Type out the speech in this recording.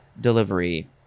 delivery